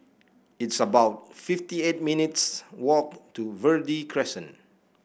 it's about fifty eight minutes' walk to Verde Crescent